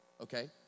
okay